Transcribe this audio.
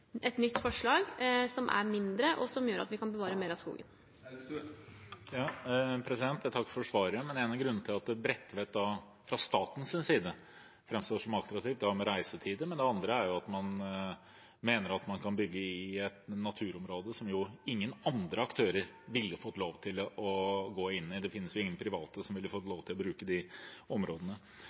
et nytt forslag, som er mindre, og som gjør at vi kan bevare mer av skogen. Jeg takker for svaret. En av grunnene til at Bredtvet fra statens side framstår som attraktivt, handler om reisetider, men det andre er at man mener at man kan bygge i et naturområde, som jo ingen andre aktører ville fått lov til å gå inn i. Det finnes ingen private som ville fått lov til å bruke de områdene.